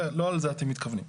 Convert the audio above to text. לא לזה אתם מתכוונים.